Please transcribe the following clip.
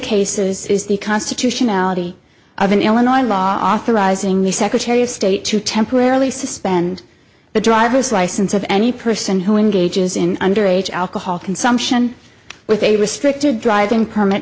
cases is the constitutionality of an illinois law authorizing the secretary of state to temporarily suspend the driver's license of any person who engages in underage alcohol consumption with a restricted driving perm